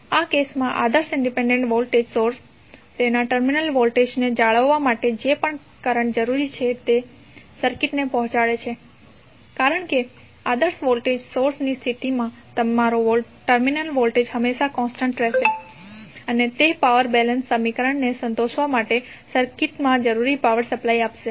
આ કેસ માં આદર્શ ઇંડિપેંડેન્ટ વોલ્ટેજ સોર્સ તેના ટર્મિનલ વોલ્ટેજને જાળવવા માટે જે પણ કરંટ જરૂરી છે તે સર્કિટ ને પહોંચાડે છે કારણ કે આદર્શ વોલ્ટેજ સોર્સની સ્થિતિમાં તમારો ટર્મિનલ વોલ્ટેજ હંમેશા કોન્સ્ટન્ટ રહેશે અને તે પાવર બેલેન્સ સમીકરણ ને સંતોષવા માટે સર્કિટમાં જરૂરી પાવર સપ્લાય આપશે